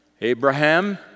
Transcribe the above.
Abraham